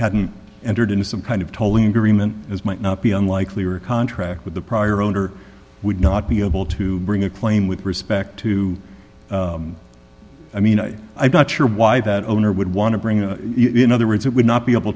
hadn't entered into some kind of tolling agreement as might not be unlikely or a contract with the prior owner would not be able to bring a claim with respect to i mean i i don't sure why that owner would want to bring it in other words it would not be able